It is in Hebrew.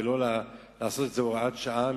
ולא לעשות את זה בהוראת שעה,